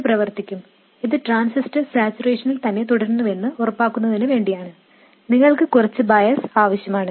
ഇത് പ്രവർത്തിക്കും ഇത് ട്രാൻസിസ്റ്റർ സാച്ചുറേഷനിൽ തന്നെ തുടരുന്നുവെന്ന് ഉറപ്പാക്കുന്നതിന് വേണ്ടിയാണ് നിങ്ങൾക്ക് കുറച്ച് ബയസ് ആവശ്യമാണ്